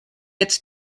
its